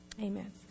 Amen